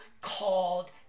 called